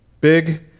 Big